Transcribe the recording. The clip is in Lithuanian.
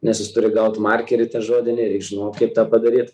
nes jis turi gauti markerį tą žodinį reik žinot kaip tą padaryt